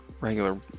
regular